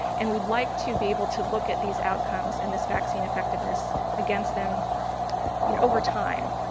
and we'd like to be able to look at these outcomes and this vaccine effectiveness against them you know over time,